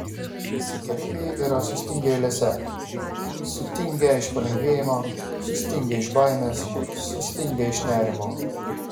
visi kareiviai yra sustingę eilėse sutingę iš palengvėjimo sustingę iš baimės sustingę iš nerimo